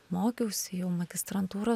mokiausi jau magistrantūrą